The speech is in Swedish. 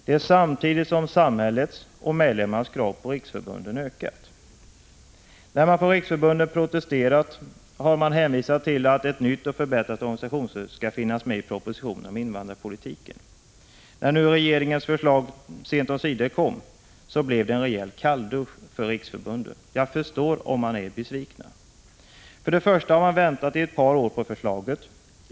Samtidigt har samhällets och medlemmarnas krav på riksförbunden ökat. När man från riksförbunden protesterat har det hänvisats till att ett nytt och förbättrat organisationsstöd skulle finnas med i propositionen om invandrarpolitiken. När nu regeringens förslag sent omsider kom, så blev det en rejäl kalldusch för riksförbunden. Jag förstår om man är besviken. Man har väntat i ett par år på förslaget.